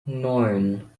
neun